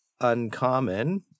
uncommon